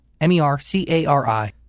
M-E-R-C-A-R-I